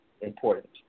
important